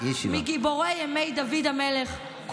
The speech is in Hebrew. מגיבורי ימי דוד המלך,